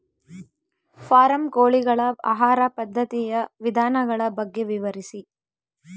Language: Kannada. ಫಾರಂ ಕೋಳಿಗಳ ಆಹಾರ ಪದ್ಧತಿಯ ವಿಧಾನಗಳ ಬಗ್ಗೆ ವಿವರಿಸಿ?